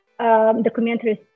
documentaries